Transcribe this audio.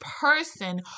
person